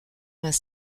vingt